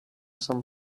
some